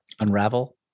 unravel